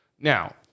Now